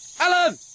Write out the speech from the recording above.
Alan